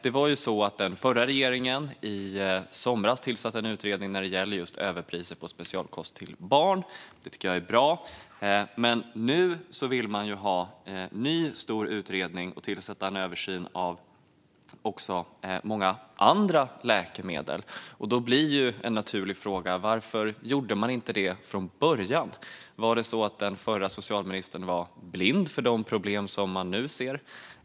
Den förra regeringen tillsatte i somras en utredning om just överpriser på specialkost till barn. Det tycker jag var bra. Men nu vill man ha en ny stor utredning och översyn av även många andra läkemedel. Då blir en naturlig fråga varför man inte gjorde det från början. Var det så att den förra socialministern var blind för de problem som man nu ser?